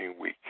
week